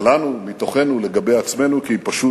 שלנו, מתוכנו, לגבי עצמנו, כי היא פשוט